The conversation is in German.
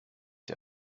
der